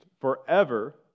forever